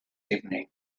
evening